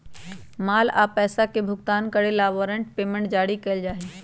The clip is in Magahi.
माल या पैसा के भुगतान करे ला वारंट पेमेंट जारी कइल जा हई